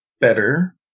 better